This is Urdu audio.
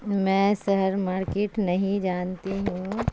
میں شہر مارکیٹ نہیں جانتی ہوں